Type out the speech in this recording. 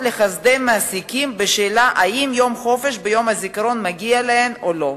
לחסדי המעסיקים בשאלה אם יום החופש ביום הזיכרון מגיע להן או לא.